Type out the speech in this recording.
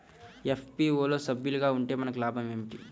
FPO లో సభ్యులుగా ఉంటే మనకు లాభం ఏమిటి?